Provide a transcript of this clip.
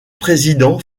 président